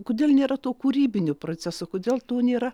kodėl nėra to kūrybinio proceso kodėl nėra